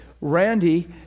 Randy